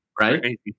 right